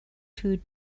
two